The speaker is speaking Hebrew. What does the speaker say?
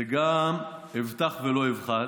זה גם "אבטח ולא אפחד",